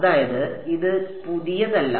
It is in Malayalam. അതായത് ഇത് പുതിയതല്ല